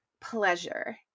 pleasure